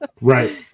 Right